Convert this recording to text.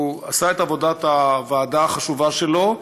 הוא עשה את עבודת הוועדה החשובה שלו,